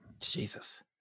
jesus